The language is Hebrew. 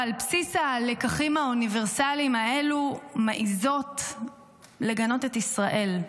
ועל בסיס הלקחים האוניברסליים האלו מעזות לגנות את ישראל,